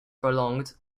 prolonged